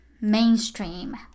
mainstream